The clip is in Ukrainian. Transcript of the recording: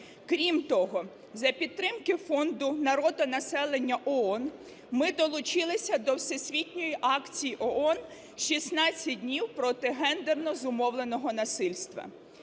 Крім того, за підтримки Фонду народонаселення ООН, ми долучилися до Всесвітньої акції ООН "16 днів проти гендерно зумовленого насильства".